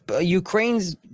Ukraine's